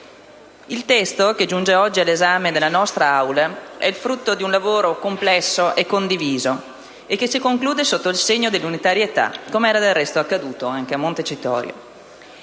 Il testo che giunge oggi all'esame della nostra Assemblea è il frutto di un lavoro complesso e condiviso, che si conclude sotto il segno dell'unitarietà, come del resto è accaduto a Montecitorio.